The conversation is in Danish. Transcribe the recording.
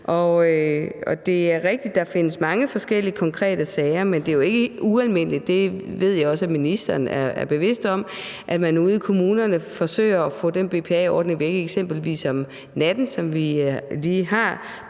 Det er rigtigt, at der findes mange forskellige konkrete sager, men det er jo ikke ualmindeligt – det ved jeg også at ministeren er bevidst om – at man ude i kommunerne forsøger at få den BPA-ordning væk, eksempelvis om natten, som vi lige har